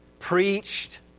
preached